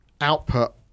output